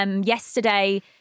Yesterday